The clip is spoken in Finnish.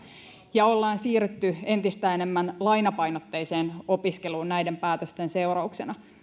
ja ollaan siirrytty entistä enemmän lainapainotteiseen opiskeluun näiden päätösten seurauksena